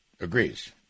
agrees